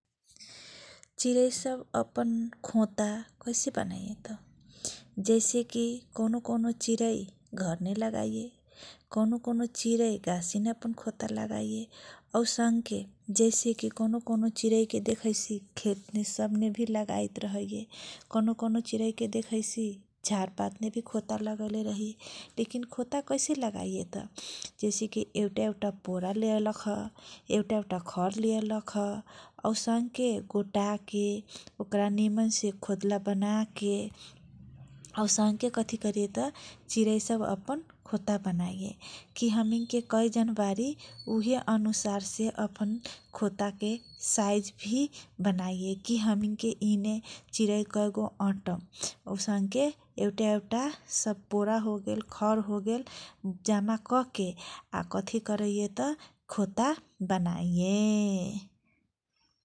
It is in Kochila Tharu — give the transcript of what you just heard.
चिरै सब अपन खोता कसै बनाऐ त जैसे कि कनौ कौनो चिरै घरमे लगाइए, कौनो कौनो चिरै गासीमे अपन खोता लगाइए औसनके जैसे कि कौनो कौनो चिरैके देखैसि खेत सबने भि लगाइत रहये । कौनो कौनो चिरैके देखैसि झारपातने भि खोता लगएले रहैए । खोता कैसे लगाइए त जैसेकी एउटा पोरा ल्याएलख, एउटा एउटा खर लायएलख, औसनके गोटाके ओकरा निमनसे खोतला बनाएके, औसनके कथी करऐ त चिरैसब अपन खोता बनाइए कि हमीनके कैजन बारी उहे अनुसार से खोताके साइज भी बनाइए कि यि ने हमीनके चिरै कएगो अटम कहके एउटा एउटा पोरा होगेल, खर होगल जम्मा कके आ कथी करैए त खोता बनाइए ।